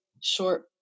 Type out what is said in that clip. short